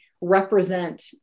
represent